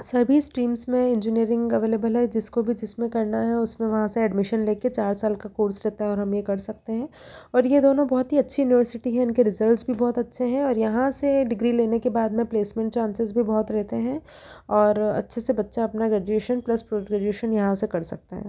सभी स्ट्रीम्स में engineering available है जिसको भी जिसमें करना है उसमें वहाँ से एडमिशन लेकर चार साल का कोर्स रहता है और हम ये कर सकते हैं और ये दोनों बहुत ही अच्छी यूनिवर्सिटी हैं उनके रिजल्ट्स भी बहुत अच्छे हैं और यहाँ से डिग्री लेने के बाद में प्लेसमेंट चांसेज़ भी बहुत रहते हैं और अच्छे से बच्चा अपना ग्रेजुएशन प्लस पोस्ट ग्रेजुएशन यहाँ से कर सकता है